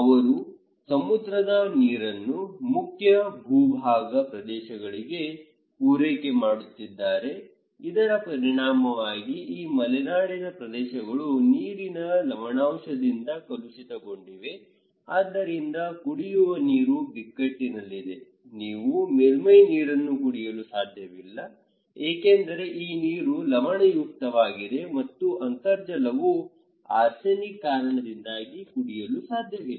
ಅವರು ಸಮುದ್ರದ ನೀರನ್ನು ಮುಖ್ಯ ಭೂಭಾಗದ ಪ್ರದೇಶಗಳಿಗೆ ಪೂರೈಕೆ ಮಾಡುತ್ತಿದ್ದಾರೆ ಇದರ ಪರಿಣಾಮವಾಗಿ ಈ ಮಲೆನಾಡಿನ ಪ್ರದೇಶಗಳು ನೀರಿನ ಲವಣಾಂಶದಿಂದ ಕಲುಷಿತಗೊಂಡಿವೆ ಆದ್ದರಿಂದ ಕುಡಿಯುವ ನೀರು ಬಿಕ್ಕಟ್ಟಿನಲ್ಲಿದೆ ನೀವು ಮೇಲ್ಮೈ ನೀರನ್ನು ಕುಡಿಯಲು ಸಾಧ್ಯವಿಲ್ಲ ಏಕೆಂದರೆ ಈ ನೀರು ಲವಣಯುಕ್ತವಾಗಿದೆ ಮತ್ತು ಅಂತರ್ಜಲವು ಆರ್ಸೆನಿಕ್ ಕಾರಣದಿಂದಾಗಿ ಕುಡಿಯಲು ಸಾಧ್ಯವಿಲ್ಲ